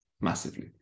massively